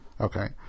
Okay